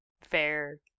Fair